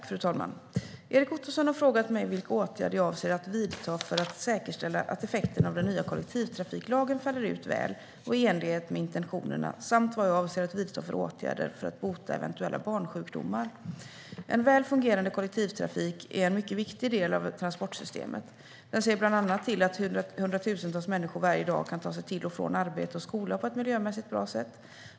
Fru talman! Erik Ottoson har frågat mig vilka åtgärder jag avser att vidta för att säkerställa att effekterna av den nya kollektivtrafiklagen faller ut väl och i enlighet med intentionerna samt vad jag avser att vidta för åtgärder för att bota eventuella barnsjukdomar. En väl fungerande kollektivtrafik är en mycket viktig del av transportsystemet. Den ser bland annat till att hundratusentals människor varje dag kan ta sig till och från arbete och skola på ett miljömässigt bra sätt.